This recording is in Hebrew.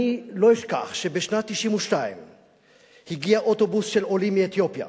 אני לא אשכח שבשנת 1992 הגיע אוטובוס של עולים מאתיופיה